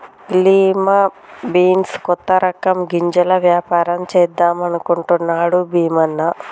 lima beans కొత్త రకం గింజల వ్యాపారం చేద్దాం అనుకుంటున్నాడు భీమన్న